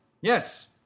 yes